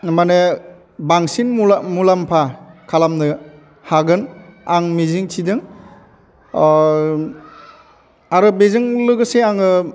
माने बांसिन मुलाम्फा खालामनो हागोन आं मिजिं थिदों आरो बेजों लोगोसे आङो